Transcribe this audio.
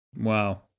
Wow